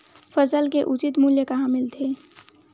फसल के उचित मूल्य कहां मिलथे?